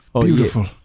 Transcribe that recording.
Beautiful